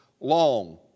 long